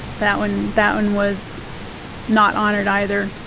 so and that one was not honored either.